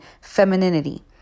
femininity